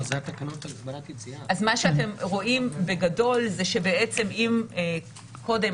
אז מה שאתם רואים בגדול זה שבעצם אני